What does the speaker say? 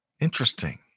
Interesting